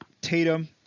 Tatum